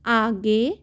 आगे